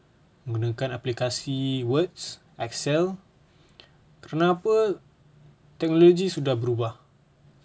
menggunakan aplikasi word excel kenapa teknologi telah berubah